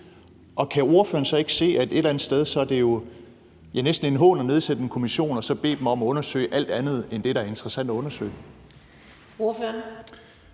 Så kan ordføreren ikke se, at et eller andet sted er det jo næsten en hån at nedsætte en kommission og så bede dem om at undersøge alt andet end det, der er interessant at undersøge? Kl.